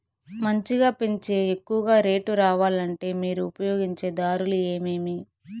మంచిగా పెంచే ఎక్కువగా రేటు రావాలంటే మీరు ఉపయోగించే దారులు ఎమిమీ?